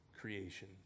creation